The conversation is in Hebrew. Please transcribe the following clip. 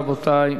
רבותי.